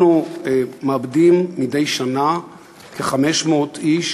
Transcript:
אנחנו מאבדים מדי שנה כ-500 איש